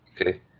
Okay